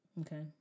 okay